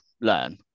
learn